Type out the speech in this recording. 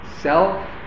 self